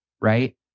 right